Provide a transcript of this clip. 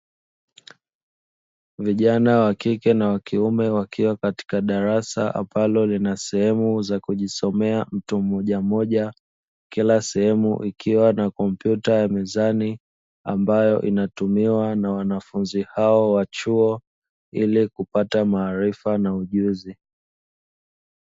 Vijana wa kike na wakiume wakiwa katika darasa ambalo lina sehemu za kujisomea mtu mmojammoja, kila sehemu ikiwa na kompyuta ya mezani ambayo inatumiwa na wanafunzi hao wa chuo ili kupata maarifa na ujuzi.